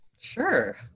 Sure